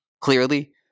clearly